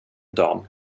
dam